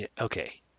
Okay